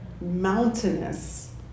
mountainous